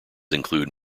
include